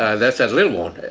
ah that's at little wound,